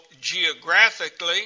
geographically